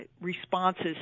responses